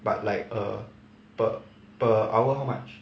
but like err per per hour how much